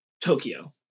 Tokyo